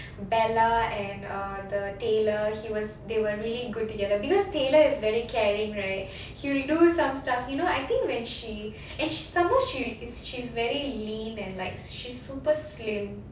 bella and err the taylor he was they were really good together because taylor is very caring right he'll do some stuff you know I think when she and some more she is she's very lean and like she's super slim